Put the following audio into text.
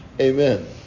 Amen